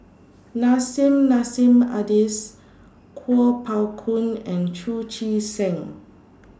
Nissim Nassim Adis Kuo Pao Kun and Chu Chee Seng